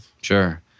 Sure